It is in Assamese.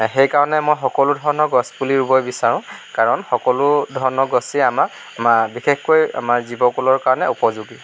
সেইকাৰণে মই সকলো ধৰণৰ গছ পুলি ৰোব বিচাৰোঁ কাৰণ সকলো ধৰণৰ গছেই আমাক বিশেষকৈ আমাৰ জীৱকুলৰ কাৰণে উপযোগী